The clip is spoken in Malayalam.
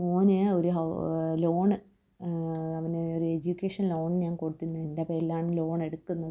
മകന് ഒരു ലോണ് അവന് ഒരു എഡ്യൂക്കേഷൻ ലോണ് ഞാൻ കൊടുത്തിരുന്നു എൻ്റെ പേരിലാണ് ലോണെടുക്കുന്നത്